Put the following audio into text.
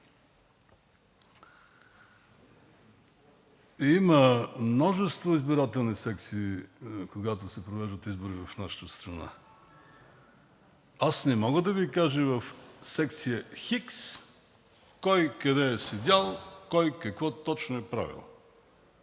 Има множество избирателни секции, когато се провеждат избори в нашата страна. Аз не мога да Ви кажа в секция хикс кой къде е седял, кой какво точно е правил.